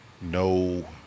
no